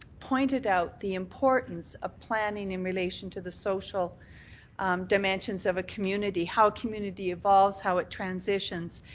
pointed out the importance of planning in relation to the social dimensions of a community. how community evolves. how it transitions,